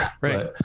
Right